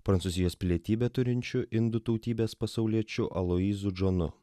prancūzijos pilietybę turinčiu indų tautybės pasauliečiu aloyzu džonu